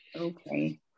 okay